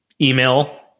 email